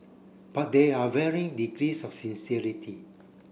but there are varying degrees of sincerity